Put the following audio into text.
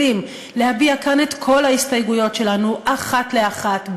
כלים להביע כאן את כל ההסתייגויות שלנו אחת לאחת,